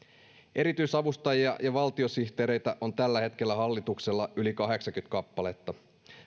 erityisavustajia ja valtiosihteereitä on tällä hetkellä hallituksella yli kahdeksankymmentä kappaletta